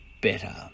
better